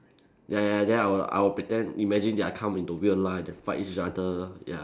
ya ya ya then I will I will pretend imagine they are come into real life then fight each other ya